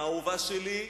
האהובה שלי,